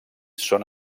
són